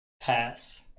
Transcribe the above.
pass